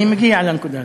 אני מגיע לנקודה הזאת.